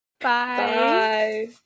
Bye